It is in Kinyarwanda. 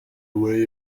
muri